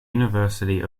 university